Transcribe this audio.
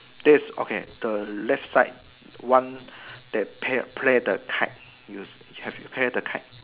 there's okay the left side one that pay play the kite you see play the kite